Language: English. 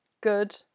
good